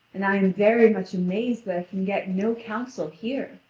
and i am very much mazed that i can get no counsel here.